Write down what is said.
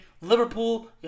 Liverpool